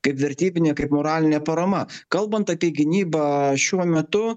kaip vertybinė kaip moralinė parama kalbant apie gynybą šiuo metu